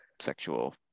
sexual